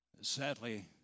Sadly